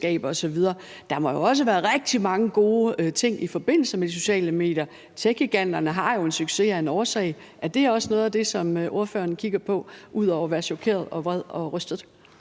Der må jo også være rigtig mange gode ting i forbindelse med de sociale medier; techgiganterne har jo en succes af en årsag. Er det også noget af det, som ordføreren kigger på, ud over at være chokeret, vred og rystet?